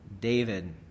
David